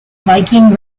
viking